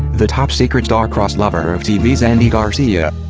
the top secret star-crossed lover of tv's andy garcia.